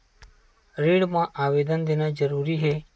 ऋण मा आवेदन देना जरूरी हे?